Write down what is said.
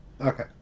Okay